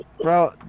bro